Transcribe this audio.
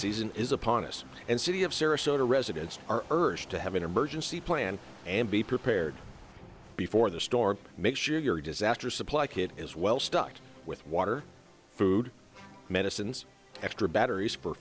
season is upon us and city of sarasota residents are urged to have an emergency plan and be prepared before the storm make sure your disaster supply kit is well stocked with water food medicines extra batteries for